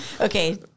Okay